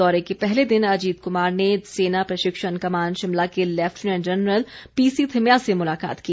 दौरे के पहले दिन अजीत कुमार ने सेना प्रशिक्षण कमान शिमला के लैफ्टिनेंट जनरल पीसी थिम्मया से मुलाकात की